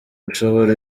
gushobora